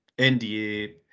NDA